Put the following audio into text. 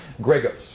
Gregos